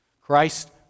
Christ